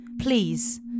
Please